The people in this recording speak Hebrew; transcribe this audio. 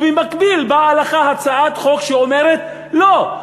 ובמקביל באה לך הצעת חוק שאומרת: לא,